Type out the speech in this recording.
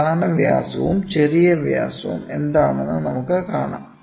പ്രധാന വ്യാസവും ചെറിയ വ്യാസവും എന്താണെന്ന് നമുക്കു കാണാം